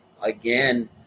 again